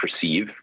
perceive